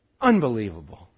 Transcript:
Unbelievable